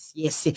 yes